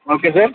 okay sir